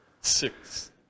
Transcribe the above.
six